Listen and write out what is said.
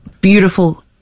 Beautiful